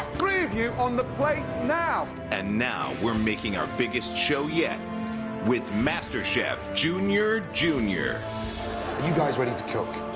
three of you on the plates now! and now we're making our biggest show yet with master chef junior, junior. are you guys ready to cook,